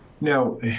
Now